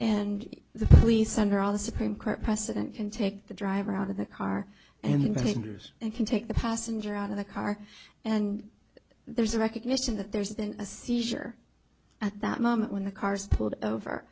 and the police under all the supreme court precedent can take the driver out of the car and invaders and can take the passenger out of the car and there's a recognition that there's been a seizure at that moment when the cars pulled over